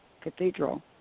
cathedral